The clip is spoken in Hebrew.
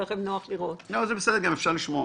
שיחה או התקשרות בין לווה גדול או נציגו לבין נציג